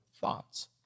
thoughts